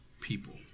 people